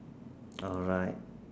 alright